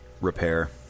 repair